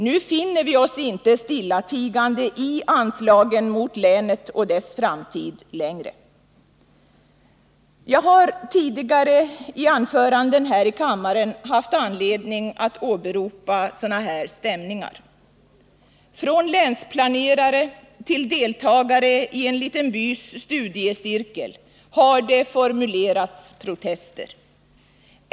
Nu finner vi oss inte stillatigande i anslagen mot länet och dess framtid längre. Jag har tidigare i anföranden här i kammaren haft anledning att åberopa sådana stämningar. Från länsplanerare till deltagare i en liten bys studiecirkel har det formulerats protester.